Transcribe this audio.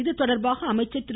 இதுதொடர்பாக அமைச்சர் திரு